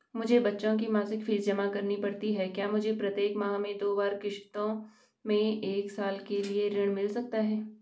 मुझे बच्चों की मासिक फीस जमा करनी पड़ती है क्या मुझे प्रत्येक माह में दो बार किश्तों में एक साल के लिए ऋण मिल सकता है?